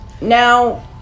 now